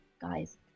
guys